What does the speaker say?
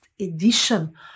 edition